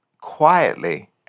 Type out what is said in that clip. quietly